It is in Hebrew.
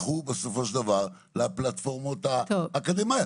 הלכו בסופו של דבר לפלטפורמות האקדמאיות?